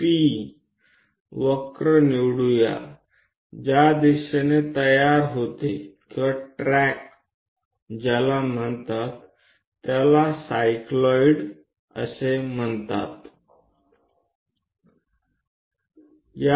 બિંદુ P એ વક્રને જે દિશામાં બનાવે છે અથવા તો અનુસરે છે તેને આપણે સાયક્લોઈડ બોલાવીએ છીએ